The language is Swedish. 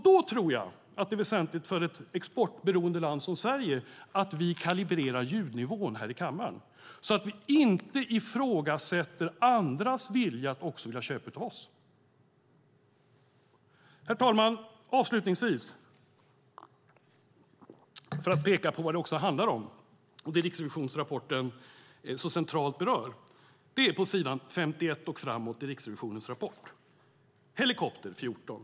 Då tror jag att det är väsentligt för ett exportberoende land som Sverige att kalibrera ljudnivån här i kammaren så att vi inte ifrågasätter andras vilja att köpa av oss. Herr talman! Avslutningsvis ska jag peka på det som Riksrevisionens rapport så centralt berör på s. 51 och framåt. Det handlar om helikopter 14.